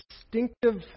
distinctive